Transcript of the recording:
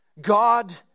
God